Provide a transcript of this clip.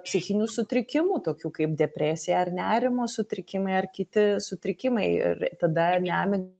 psichinių sutrikimų tokių kaip depresija ar nerimo sutrikimai ar kiti sutrikimai ir tada nemi